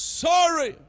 sorry